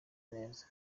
neza